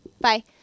Bye